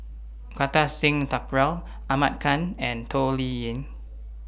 Kartar Singh Thakral Ahmad Khan and Toh Liying